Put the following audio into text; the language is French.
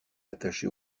attachée